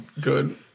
good